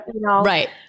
Right